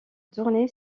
tournée